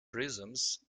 prisms